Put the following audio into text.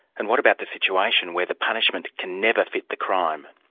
and what about the situation where the punishment can never fit the crime?